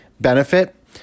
benefit